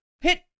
hit